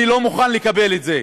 אני לא מוכן לקבל את זה.